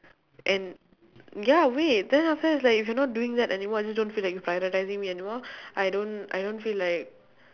and ya wait then after that it's like you're not doing that anymore you just don't feel like prioritising me anymore I don't I don't feel like